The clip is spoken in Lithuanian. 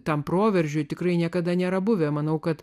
tam proveržiui tikrai niekada nėra buvę manau kad